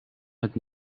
het